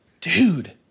dude